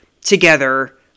together